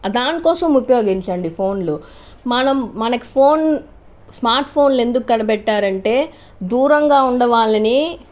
దానికోసం ఉపయోగించండి ఫోన్లు మనం మనకు స్మార్ట్ ఫోన్లు ఎందుకు కనిపెట్టారంటే దూరంగా ఉండే వాళ్ళని